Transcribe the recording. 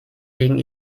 wegen